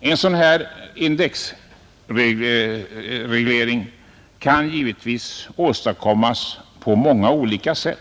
En sådan indexreglering kan givetvis konstrueras på olika sätt.